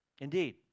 Indeed